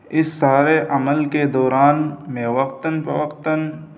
اس سارے عمل کے دوران میں وقتاً فوقتاً